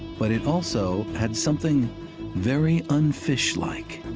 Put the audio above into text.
but it also had something very un-fishlike,